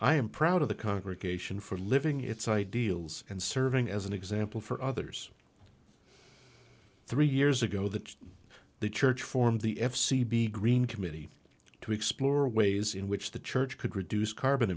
i am proud of the congregation for living its ideals and serving as an example for others three years ago that the church formed the f c b green committee to explore ways in which the church could reduce carbon